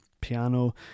piano